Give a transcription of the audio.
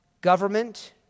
government